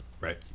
Right